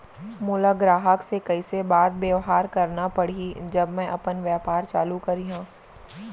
मोला ग्राहक से कइसे बात बेवहार करना पड़ही जब मैं अपन व्यापार चालू करिहा?